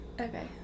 Okay